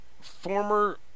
Former